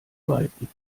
weiten